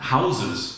Houses